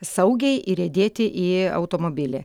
saugiai įriedėti į automobilį